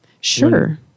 Sure